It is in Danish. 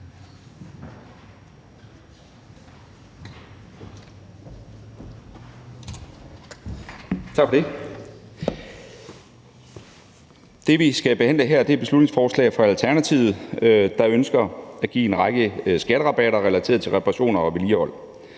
Tak for det. Det, vi skal behandle her, er et beslutningsforslag fra Alternativet, der ønsker at give en række skatterabatter relateret til reparationer og vedligehold.